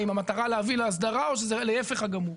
האם המטרה להביא להסדרה או שזה ההיפך הגמור.